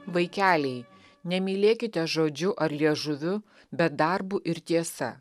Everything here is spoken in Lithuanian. vaikeliai nemylėkite žodžiu ar liežuviu bet darbu ir tiesa